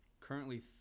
currently